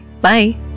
Bye